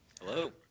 hello